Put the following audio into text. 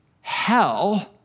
hell